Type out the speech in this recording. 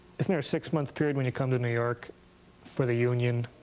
isn't there a six month period when you come to new york for the union,